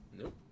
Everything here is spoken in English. Nope